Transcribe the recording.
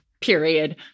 period